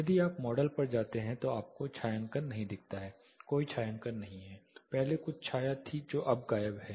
यदि आप मॉडल पर जाते हैं तो आपको छायांकन नहीं दिखता है कोई छायांकन नहीं है पहले कुछ छाया थी जो अब गायब है